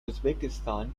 uzbekistan